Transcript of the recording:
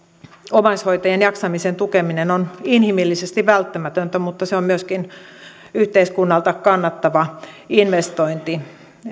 omaishoitajien jaksamisen tukeminen on inhimillisesti välttämätöntä mutta se on myöskin yhteiskunnalta kannattava investointi